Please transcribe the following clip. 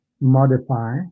Modify